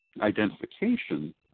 identification